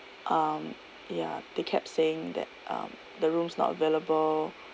um ya they kept saying that um the room is not available